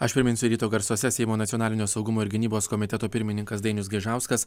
aš priminsiu ryto garsuose seimo nacionalinio saugumo ir gynybos komiteto pirmininkas dainius gaižauskas